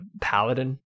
paladin